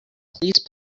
please